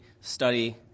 study